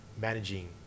managing